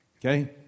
Okay